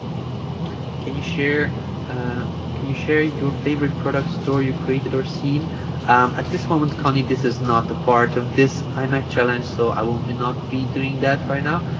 can you share ah can you share your favorite product store you created or seen um at this moment connie this is not a part of this imac challenge so i will not be doing that right now